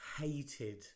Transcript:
hated